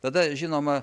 tada žinoma